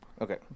Okay